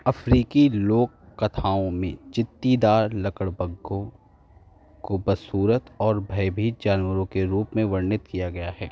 अफ्रीकी लोककथाओं में चित्तीदार लकड़बग्घों को बदसूरत और भयभीत जानवरों के रूप में वर्णित किया गया है